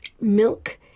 milk